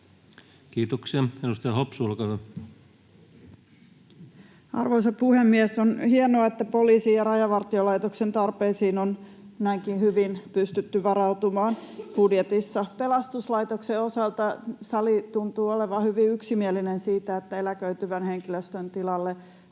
Kiitoksia. — Edustaja Hopsu, olkaa hyvä. Arvoisa puhemies! On hienoa, että poliisin ja Rajavartiolaitoksen tarpeisiin on näinkin hyvin pystytty varautumaan budjetissa. Pelastuslaitoksen osalta sali tuntuu olevan hyvin yksimielinen siitä, että eläköityvän henkilöstön tilalle